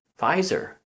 Pfizer